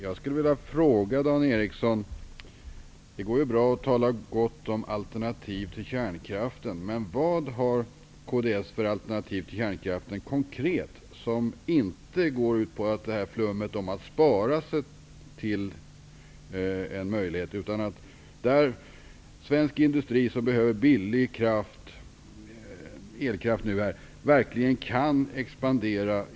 Herr talman! Det går bra att tala gott om alternativ till kärnkraften. Men vad har kds för konkreta alternativ till kärnkraften som inte går ut på flummet om att spara sig till något? Svensk industri behöver billig elkraft för att kunna expandera.